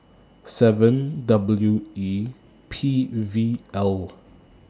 seven W E P V L